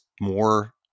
more